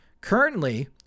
Currently